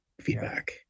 feedback